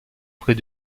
près